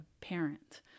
parent